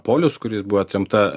polius kuriais buvo atremta